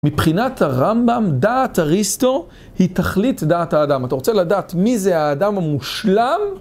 מבחינת הרמב"ם, דעת אריסטו היא תכלית דעת האדם. אתה רוצה לדעת מי זה האדם המושלם?